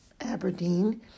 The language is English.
Aberdeen